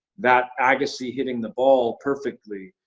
that agassi hitting the ball perfectly.